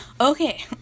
okay